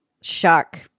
shock